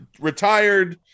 retired